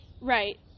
Right